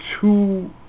two